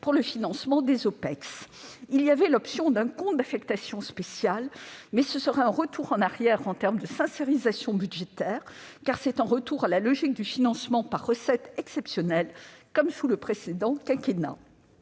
pour le financement des OPEX ? Il y avait l'option d'un compte d'affectation spéciale, mais ce serait un retour en arrière en termes de « sincérisation » budgétaire, car c'est un retour à la logique du financement par recette exceptionnelle, comme sous le précédent quinquennat.